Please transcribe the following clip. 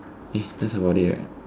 eh that's about it right